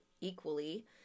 equally